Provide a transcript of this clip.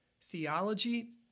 theology